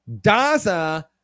Daza